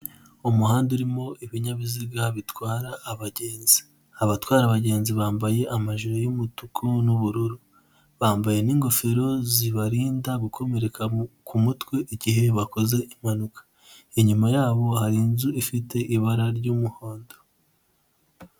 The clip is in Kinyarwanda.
Umuhanda urimo ibinyabiziga bitwara abagenzi, abatwara abagenzi bambaye amajire y'umutuku n'ubururu, bambaye n'ingofero zibarinda gukomereka ku mutwe igihe bakoze impanuka, inyuma yabo hari inzu ifite ibara ry'umuhondo.